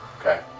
Okay